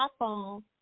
iPhone